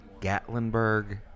Gatlinburg